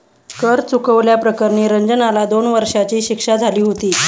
कर चुकवल्या प्रकरणी रंजनला दोन वर्षांची शिक्षा झाली होती